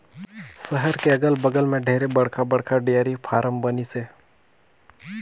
सहर के अगल बगल में ढेरे बड़खा बड़खा डेयरी फारम बनिसे